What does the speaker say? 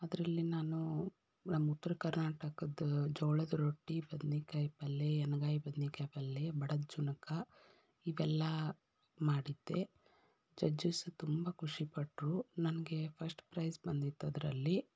ಅದರಲ್ಲಿ ನಾನು ನಮ್ಮ ಉತ್ರ ಕರ್ನಾಟಕದ್ದು ಜೋಳದ ರೊಟ್ಟಿ ಬದ್ನೆಕಾಯ್ ಪಲ್ಯ ಎಣ್ಗಾಯ್ ಬದ್ನೆಕಾಯ್ ಪಲ್ಯ ಬಡಿದ ಜುಣಕ ಇವೆಲ್ಲ ಮಾಡಿದ್ದೆ ಜಜ್ಜಸ್ ತುಂಬ ಖುಷಿಪಟ್ಟರು ನನಗೆ ಫರ್ಸ್ಟ್ ಪ್ರೈಸ್ ಬಂದಿತ್ತು ಅದರಲ್ಲಿ